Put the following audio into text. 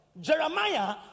Jeremiah